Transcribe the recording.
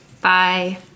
Bye